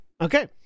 Okay